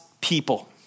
people